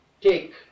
take